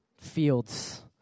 fields